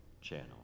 channel